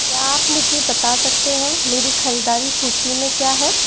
क्या आप मुझे बता सकते हैं मेरी ख़रीदारी सूची में क्या है